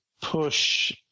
push